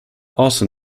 also